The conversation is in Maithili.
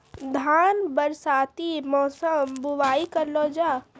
धान बरसाती मौसम बुवाई करलो जा?